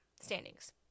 standings